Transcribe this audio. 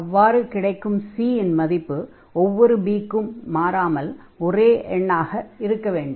அவ்வாறு கிடைக்கும் C இன் மதிப்பு ஒவ்வொரு b க்கும் மாறாமல் ஒரே எண்ணாக இருக்க வேண்டும்